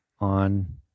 on